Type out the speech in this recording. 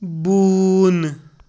بوٗن